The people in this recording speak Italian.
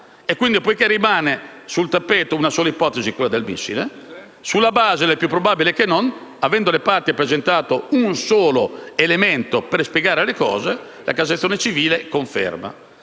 e quindi, poiché rimane sul tappeto una sola ipotesi, quella del missile, sulla base del più probabile che non, avendo le parti presentato un solo elemento per spiegare le cose, la Cassazione civile conferma.